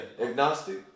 agnostic